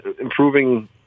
improving